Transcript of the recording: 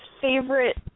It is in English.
favorite